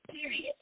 Period